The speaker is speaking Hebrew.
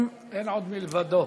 אין עוד מלבדו.